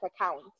account